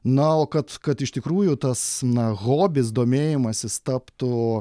na o kad kad iš tikrųjų tas na hobis domėjimasis taptų